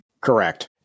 Correct